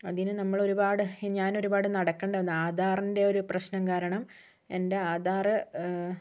അതിന് നമ്മൾ ഒരുപാട് ഞാൻ ഒരുപാട് നടക്കേണ്ടി വന്നു ആധാറിൻ്റെ ഒരു പ്രശ്നം കാരണം എൻ്റെ ആധാർ